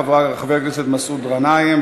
חבר הכנסת מסעוד גנאים,